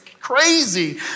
crazy